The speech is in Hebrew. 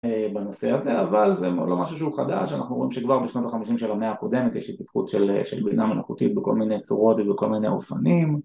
בנושא הזה אבל זה לא משהו שהוא חדש, אנחנו רואים שכבר בשנות החמישים של המאה הקודמת יש התפתחות של בינה מלאכותית בכל מיני צורות ובכל מיני אופנים